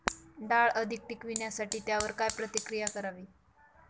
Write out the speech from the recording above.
डाळ अधिक टिकवण्यासाठी त्यावर काय प्रक्रिया करावी?